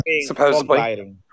Supposedly